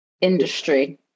industry